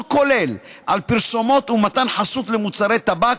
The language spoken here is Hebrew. כולל של פרסומות ומתן חסות למוצרי טבק,